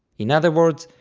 in other words,